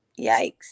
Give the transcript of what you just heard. yikes